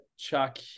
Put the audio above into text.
Chuck